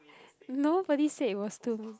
nobody said it was two